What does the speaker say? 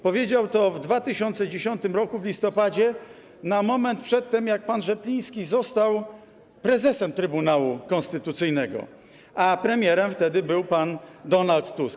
Powiedział to w 2010 r. w listopadzie, na moment przed tym jak pan Rzepliński został prezesem Trybunału Konstytucyjnego, a premierem wtedy był pan Donald Tusk.